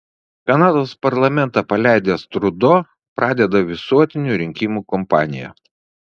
kanados parlamentą paleidęs trudo pradeda visuotinių rinkimų kampaniją